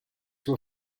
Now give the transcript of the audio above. were